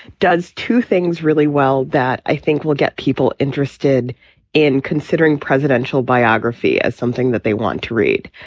does two things really well that i think will get people interested in considering presidential biography as something that they want to read.